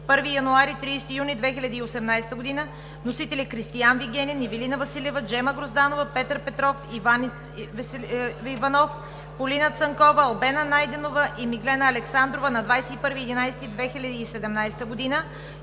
1 януари – 30 юни 2018 г. Вносители: Кристиан Вигенин, Ивелина Василева, Джема Грозданова, Петър Петров, Иван Иванов, Полина Цанкова, Албена Найденова и Миглена Александрова на 21 ноември